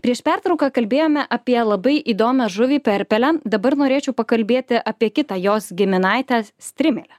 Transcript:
prieš pertrauką kalbėjome apie labai įdomią žuvį perpelę dabar norėčiau pakalbėti apie kitą jos giminaitės strimelę